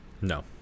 No